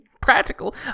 practical